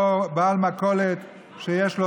או בעל מכולת שיש לו